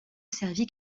servit